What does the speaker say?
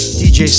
dj